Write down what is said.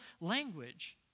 language